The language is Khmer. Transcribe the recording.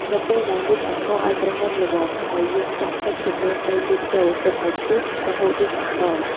នៅពេលដែលលីងអង្ករឱ្យក្រហមល្មមហើយ យើងចាក់ទឹកចំនួន ៣ លីត្រចូល ទុកឱ្យពុះ រហូតរីកអង្ករ។